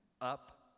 up